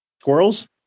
Squirrels